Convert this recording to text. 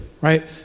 right